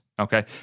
okay